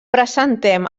presentem